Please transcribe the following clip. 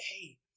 hey